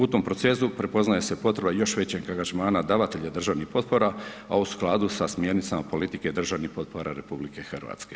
U tom procesu prepoznaje se potreba još većeg angažmana davatelja državnih potpora a u skladu sa smjernicama politike državnih potpora RH.